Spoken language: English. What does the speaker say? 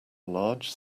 large